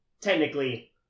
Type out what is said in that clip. technically